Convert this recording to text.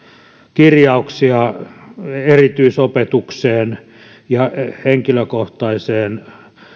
kirjauksia erityisopetukseen ja henkilökohtaiseen